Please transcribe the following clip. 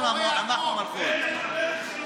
אנחנו המלכות.